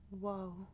Whoa